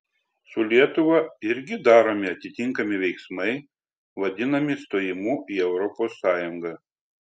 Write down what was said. su lietuva irgi daromi atitinkami veiksmai vadinami stojimu į europos sąjungą